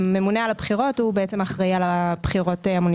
הממונה על הבחירות אחראי על הבחירות המוניציפאליות.